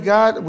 God